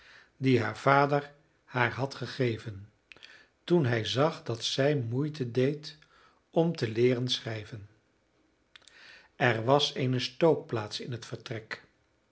dien haar vader haar had gegeven toen hij zag dat zij moeite deed om te leeren schrijven er was eene stookplaats in het vertrek